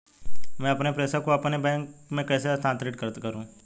मैं अपने प्रेषण को अपने बैंक में कैसे स्थानांतरित करूँ?